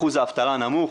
אחוז האבטלה נמוך,